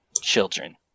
children